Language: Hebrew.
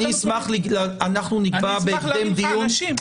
אשמח להביא לך אנשים.